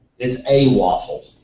it's a waffle.